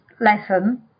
lesson